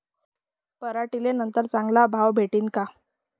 पराटीले नंतर चांगला भाव भेटीन का?